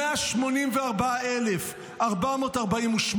שמפניות, 184,448,